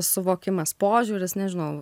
suvokimas požiūris nežinau